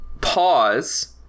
pause